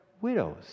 widows